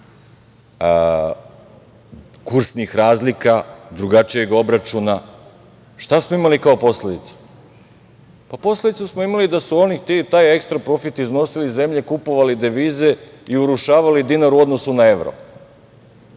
kursnih razlika, drugačijeg obračuna. Šta smo imali kao posledicu? Pa, posledicu smo imali da su oni taj ekstra profit iznosili iz zemlje, kupovali devize i urušavali dinar u odnosu na evro